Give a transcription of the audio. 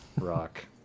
rock